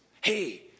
Hey